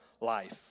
life